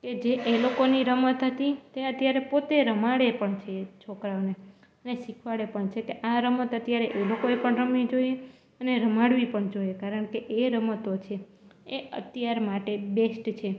તે જે એ લોકોની રમત હતી તે અત્યારે પોતે રમાડે પણ છે છોકરાઓને અને શીખવાડે પણ છે તે આ રમત અત્યારે એ લોકો એ પણ રમવી જોઈએ અને રમાડવી પણ જોઈએ કારણ કે એ રમતો છે એ અત્યાર માટે બેસ્ટ છે